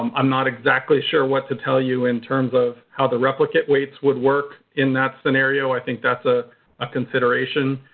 um i'm not exactly sure what to tell you in terms of how the replicate weights would work in that scenario. i think that's a ah consideration.